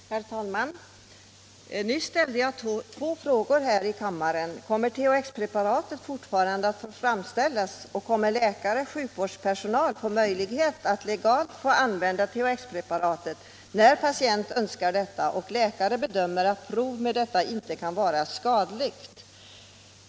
Herr talman! Nyss ställde jag två frågor här i kammaren: Kommer THX-preparatet fortfarande att få framställas? Kommer läkare och sjukvårdspersonal att få möjlighet att legalt använda THX-preparatet när patient önskar detta och läkare bedömer att prov med detta läkemedel inte kan vara skadligt?